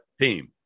team